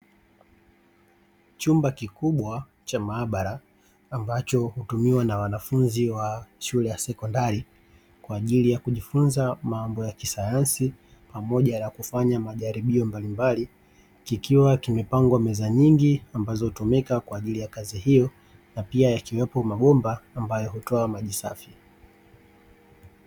Chumba kikubwa cha maabara ambacho hutumiwa na wanafunzi wa shule ya sekondari kwa ajili ya kujifunza mambo ya kisayansi pamoja na kufanya majaribio mbalimbali, kikiwa kimepangwa meza nyingi ambazo hutumika kwa ajili ya kazi hiyo na pia yakiwepo mabomba ambayo hutoa maji safi.